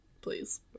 please